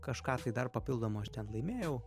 kažką tai dar papildomo aš ten laimėjau